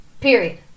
Period